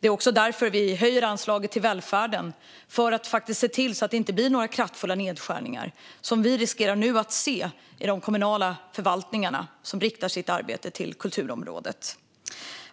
Det är också därför vi höjer anslaget till välfärden - för att se till att det inte blir kraftfulla nedskärningar, som vi nu riskerar att få se i de kommunala förvaltningar som riktar sitt arbete till kulturområdet.